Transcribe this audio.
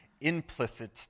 implicit